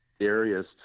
areas